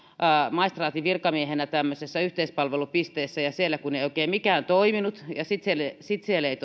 maistraatin virkamiehenä tämmöisessä yhteispalvelupisteessä ja siellä kun ei oikein mikään toiminut ja sitten siellä ei